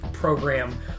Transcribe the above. program